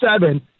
seven